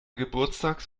geburtstags